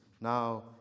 Now